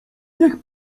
niech